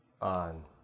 on